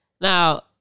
now